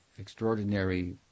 extraordinary